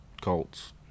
Colts